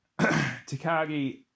Takagi